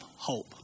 hope